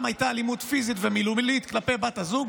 הייתה אלימות פיזית ומילולית כלפי בת הזוג,